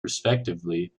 respectably